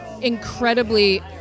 incredibly